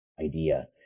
idea